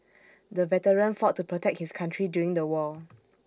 the veteran fought to protect his country during the war